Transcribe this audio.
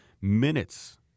minutes